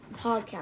podcast